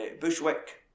Bushwick